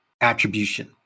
attribution